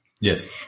Yes